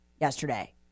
yesterday